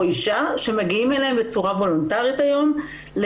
אותה אישה שמגיעים אליהם בצורה וולונטארית לטיפול.